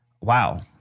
wow